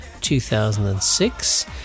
2006